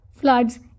floods